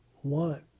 one